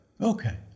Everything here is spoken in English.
Okay